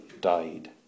died